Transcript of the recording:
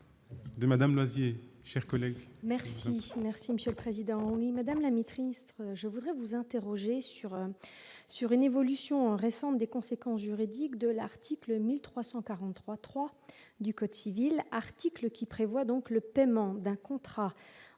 De Madame Mazetier chers collègues. Merci, merci Monsieur le Président Madame Lamy, triste, je voudrais vous interroger sur sur une évolution récente des conséquences juridiques de l'article 1343 3 du code civil article qui prévoit donc le paiement d'un contrat